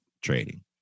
trading